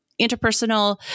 Interpersonal